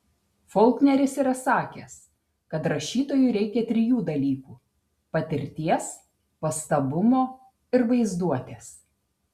folkneris yra sakęs kad rašytojui reikia trijų dalykų patirties pastabumo ir vaizduotės